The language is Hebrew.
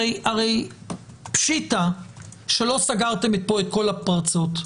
הרי פשיטה שלא סגרתם כאן את כל הפרצות.